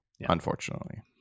unfortunately